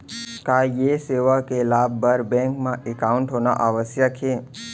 का ये सेवा के लाभ बर बैंक मा एकाउंट होना आवश्यक हे